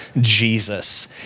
Jesus